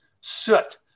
soot